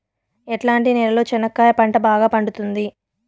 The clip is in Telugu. ఎట్లాంటి నేలలో చెనక్కాయ పంట బాగా పండుతుంది?